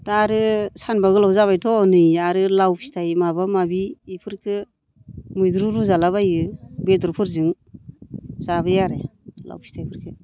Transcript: दा आरो सानबा गोलाव जाबायथ' नै आरो लाव फिथाइ माबा माबि बेफोरखो मैद्रु रुजाला बायो बेद'रफोरजों जाबाय आरो लाव फिथाइफोरखो